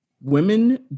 women